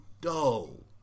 dull